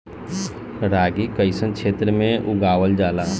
रागी कइसन क्षेत्र में उगावल जला?